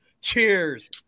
Cheers